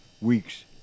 weeks